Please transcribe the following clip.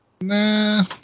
Nah